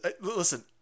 listen